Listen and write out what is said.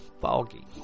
foggy